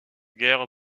guerre